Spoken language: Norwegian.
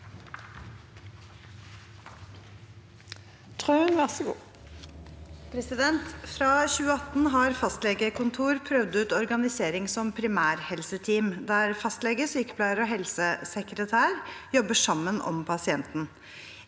«Fra 2018 har fastlegekontor prøvd ut organisering som primærhelseteam (PHT), der fastlege, sykepleier og helsesekretær jobber sammen om pasienten.